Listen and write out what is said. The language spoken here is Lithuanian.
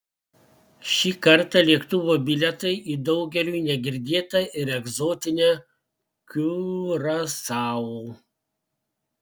šį kartą lėktuvo bilietai į daugeliui negirdėtą ir egzotinę kiurasao